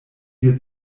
dir